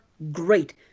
great